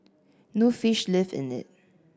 no fish lived in it